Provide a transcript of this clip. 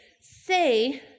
say